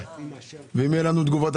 ואם יהיו לנו תגובות?